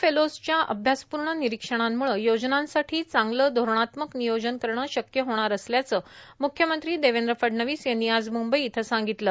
फेलोजच्या अभ्यासपूर्ण निरीक्षणांमूळे योजनांसाठी चांगलं धोरणात्मक नियोजन करण शक्य होणार असल्याचं म्ख्यमंत्री देवेंद्र फडणवीस यांनी आज म्ंबई इथं सांगितलं